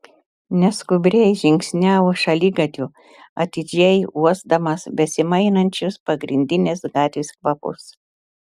neskubriai žingsniavo šaligatviu atidžiai uosdamas besimainančius pagrindinės gatvės kvapus